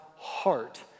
Heart